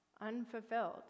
unfulfilled